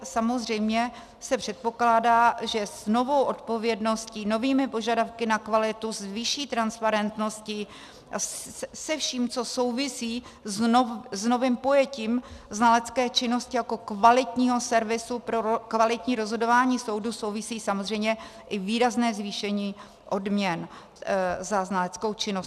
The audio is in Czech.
Samozřejmě se předpokládá, že s novou odpovědností, s novými požadavky na kvalitu, s výší transparentnosti a se vším, co souvisí s novým pojetím znalecké činnosti jako kvalitního servisu pro kvalitní rozhodování soudu, souvisí samozřejmě i výrazné zvýšení odměn za znaleckou činnost.